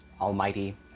Almighty